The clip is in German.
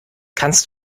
kannst